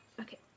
Okay